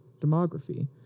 demography